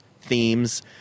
themes